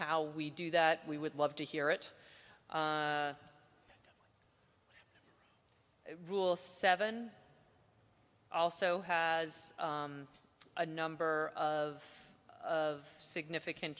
how we do that we would love to hear it rule seven also has a number of of significant